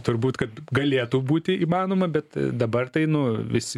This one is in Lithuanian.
turbūt kad galėtų būti įmanoma bet dabar tai nu vis